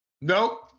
Nope